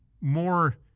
more